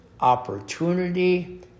opportunity